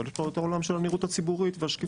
ויש פה את העולם של הנראות הציבורית והשקיפות